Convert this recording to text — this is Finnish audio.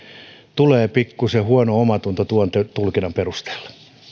tulee pikkusen huono omatunto tuon tulkinnan perusteella